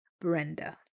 Brenda